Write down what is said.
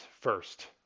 first